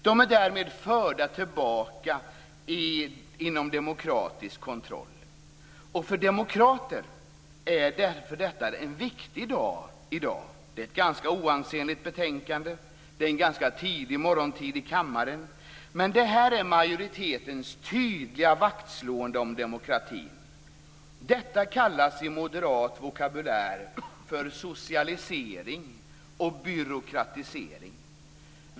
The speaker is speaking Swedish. De är därmed förda tillbaka inom demokratisk kontroll. För demokrater är därför detta en viktig dag. Det är ett ganska oansenligt betänkande. Det är en ganska tidig morgontid i kammaren. Men detta är majoritetens tydliga vaktslående om demokratin. Detta kallas i moderat vokabulär för socialisering och byråkratisering.